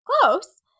Close